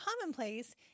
commonplace